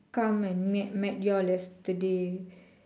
come and met met y'all yesterday